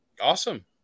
Awesome